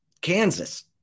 Kansas